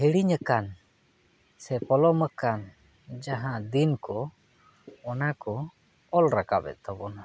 ᱦᱤᱲᱤᱧ ᱟᱠᱟᱱ ᱥᱮ ᱯᱚᱞᱚᱢ ᱟᱠᱟᱱ ᱡᱟᱦᱟᱸ ᱫᱤᱱ ᱠᱚ ᱚᱱᱟ ᱠᱚ ᱚᱞ ᱨᱟᱠᱟᱵᱮᱫ ᱛᱟᱵᱚᱱᱟ